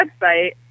website